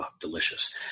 Delicious